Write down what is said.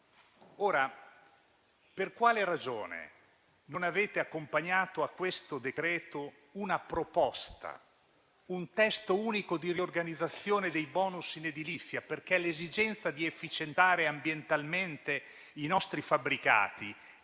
Per quale ragione non avete accompagnato a questo decreto-legge una proposta, un testo unico di riorganizzazione dei *bonus* in edilizia? L'esigenza di efficientare ambientalmente i nostri fabbricati